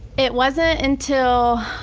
it wasn't until,